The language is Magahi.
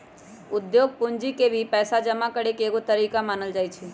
उद्योग पूंजी के भी पैसा जमा करे के एगो तरीका मानल जाई छई